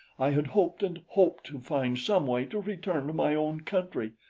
i had hoped and hoped to find some way to return to my own country.